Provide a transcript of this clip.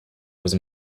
was